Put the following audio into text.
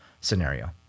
scenario